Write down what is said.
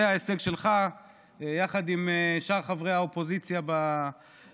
זה ההישג שלך יחד עם שאר חברי האופוזיציה בוועדה,